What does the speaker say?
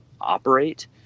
operate